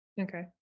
Okay